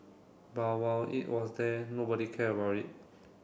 but while it was there nobody care about it